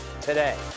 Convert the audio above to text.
today